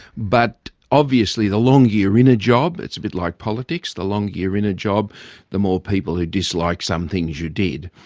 but obviously the longer you're in a job, it's a bit like politics, the longer you're in a job the more people who dislike some things you did,